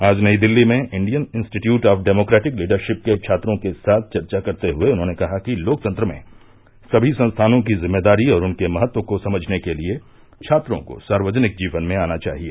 आज नई दिल्ली में Indian Institute of Democratic Leadership के छात्रों के साथ चर्चा करते हुए उन्होंने कहा कि लोकतंत्र में सभी संस्थानों की जिम्मेदारी और उनके महत्व को समझने के लिए छात्रों को सार्वजनिक जीवन में आना चाहिए